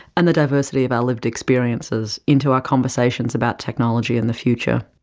and the diversity of our lived experiences, into our conversations about technology and the future.